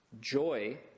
Joy